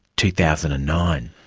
two thousand and nine.